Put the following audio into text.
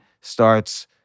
starts